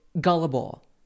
gullible